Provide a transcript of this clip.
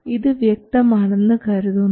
ഇത് വ്യക്തമാണെന്നു കരുതുന്നു